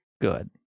good